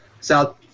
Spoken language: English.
South